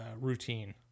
routine